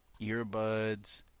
earbuds